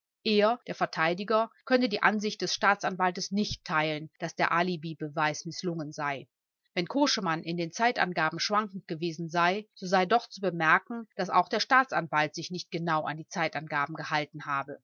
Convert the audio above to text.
er vert könne die ansicht des staatsanwalts nicht teilen daß der alibibeweis mißlungen sei wenn koschemann in den zeitangaben schwankend gewesen sei so sei zu bemerken daß auch der staatsanwalt sich nicht genau an die zeitangaben gehalten habe